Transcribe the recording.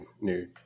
new